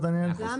עידוד.